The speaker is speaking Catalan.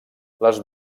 les